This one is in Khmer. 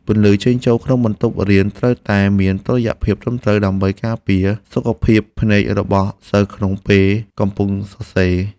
ពន្លឺចេញចូលក្នុងបន្ទប់រៀនត្រូវតែមានតុល្យភាពត្រឹមត្រូវ ដើម្បីការពារសុខភាពភ្នែករបស់សិស្សក្នុងពេលកំពុងសរសេរ។